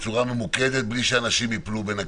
בצורה ממוקדת, בלי שאנשים ייפלו בין הכיסאות,